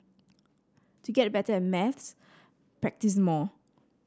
to get better at maths practise more